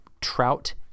trout